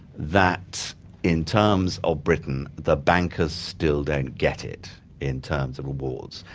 that in terms of britain, the bankers still don't get it in terms of rewards.